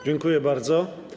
Dziękuję bardzo.